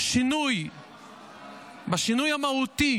בשינוי המהותי